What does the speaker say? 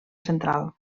central